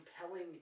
compelling